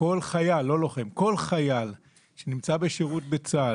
אני חושב שזה בידי המחוקק להעדיף אנשים מסוימים בגלל חבות ציבורית